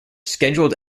scheduled